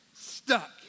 stuck